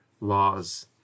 laws